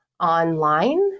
online